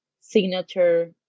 signature